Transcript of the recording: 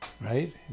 right